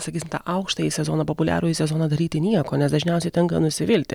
sakysim tą aukštąjį sezoną populiarųjį sezoną daryti nieko nes dažniausiai tenka nusivilti